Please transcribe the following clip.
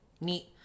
Neat